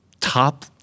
top